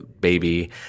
baby